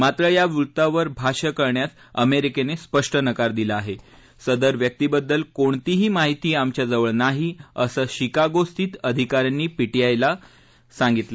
जात्र या वृत्तावर भाष्य करण्यास अमेरिक्त निकार दिला आहा सदर व्यक्तीबद्दल कोणतीही माहिती आमच्याजवळ नाही असं शिकागोस्थित अधिकऱ्यांनी पी ीआय वृत्तसंस्थली सांगितलं